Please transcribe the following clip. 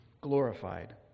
glorified